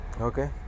Okay